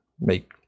make